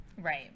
Right